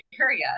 area